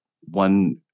one